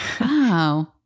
Wow